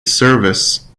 service